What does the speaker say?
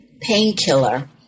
Painkiller